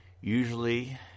Usually